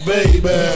Baby